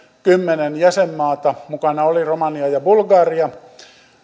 kymmenen jäsenmaata mukana olivat romania ja bulgaria